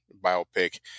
biopic